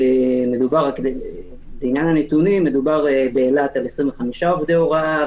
מדובר באילת על 25 עובדי הוראה,